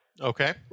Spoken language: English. Okay